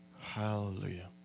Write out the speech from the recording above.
Hallelujah